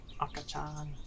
Akachan